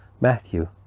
matthew